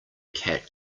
cat